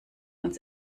uns